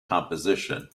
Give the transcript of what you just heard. composition